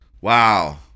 Wow